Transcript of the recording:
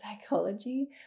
psychology